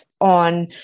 on